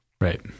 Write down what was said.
Right